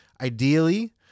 ideally